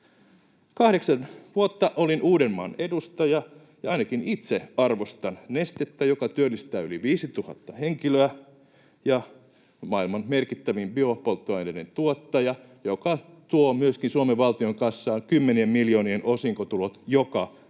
Kahdeksan vuotta olin Uudenmaan edustaja, ja ainakin itse arvostan Nestettä, joka työllistää yli 5 000 henkilöä ja on maailman merkittävin biopolttoaineiden tuottaja, joka tuo myöskin Suomen valtion kassaan joka vuosi kymmenien miljoonien osinkotulot, jotka